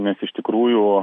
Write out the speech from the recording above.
nes iš tikrųjų